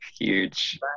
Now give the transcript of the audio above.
huge